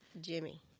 Jimmy